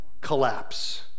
collapse